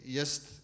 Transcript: jest